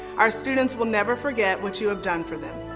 our students will never forget what you have done for them.